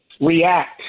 react